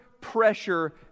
pressure